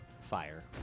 fire